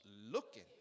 looking